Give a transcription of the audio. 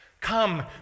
Come